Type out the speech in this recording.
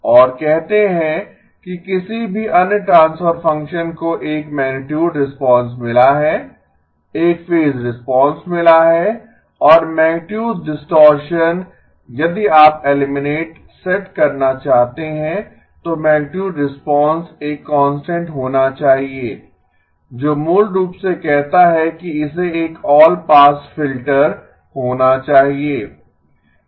और कहते हैं कि किसी भी अन्य ट्रांसफर फंक्शन को एक मैगनीटुड रिस्पांस मिला है एक फेज रिस्पांस मिला है और मैगनीटुड डिस्टॉरशन यदि आप एलिमिनेट सेट करना चाहते हैं तो मैगनीटुड रिस्पांस एक कांस्टेंट होना चाहिए जो मूल रूप से कहता है कि इसे एक ऑल पास फिल्टर होना चाहिए